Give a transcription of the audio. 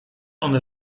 one